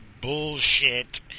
bullshit